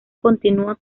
continúa